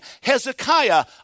Hezekiah